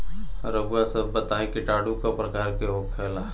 रउआ सभ बताई किटाणु क प्रकार के होखेला?